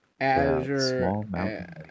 Azure